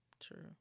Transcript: True